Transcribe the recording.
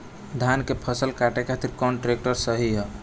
धान के फसल काटे खातिर कौन ट्रैक्टर सही ह?